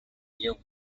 near